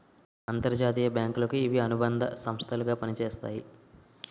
అంతర్జాతీయ బ్యాంకులకు ఇవి అనుబంధ సంస్థలు గా పనిచేస్తాయి